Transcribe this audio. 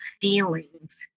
feelings